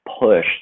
push